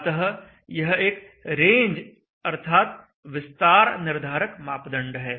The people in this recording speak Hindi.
अतः यह एक रेंज अर्थात विस्तार निर्धारक मापदंड है